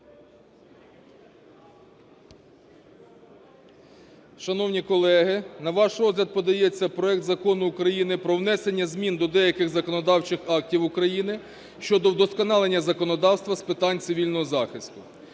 Шановні колеги, на ваш розгляд подається проект Закону України про внесення змін до деяких законодавчих актів України щодо вдосконалення законодавства з питань цивільного захисту.